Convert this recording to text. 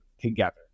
together